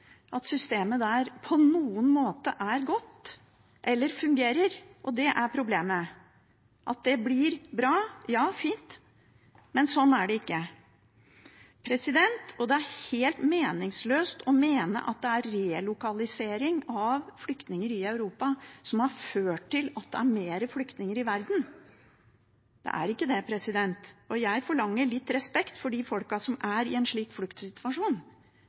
at systemet der på noen måte er godt eller fungerer. Det er problemet. At det blir bra – ja, fint, men sånn er det ikke. Det er helt meningsløst å mene at det er relokalisering av flyktninger i Europa som har ført til at det er flere flyktninger i verden. Det er ikke det. Jeg forlanger litt respekt for de folkene som er i en sånn fluktsituasjon,